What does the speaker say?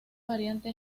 variante